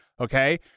Okay